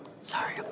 Sorry